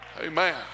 Amen